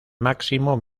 máximo